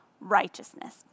righteousness